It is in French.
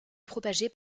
propagée